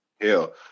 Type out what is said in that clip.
Hell